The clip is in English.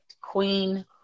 Queen